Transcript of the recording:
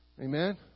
Amen